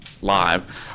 live